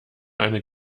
eine